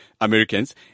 americans